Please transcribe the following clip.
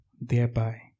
Thereby